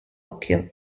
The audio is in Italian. occhio